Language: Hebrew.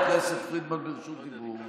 חברת הכנסת פרידמן ברשות דיבור,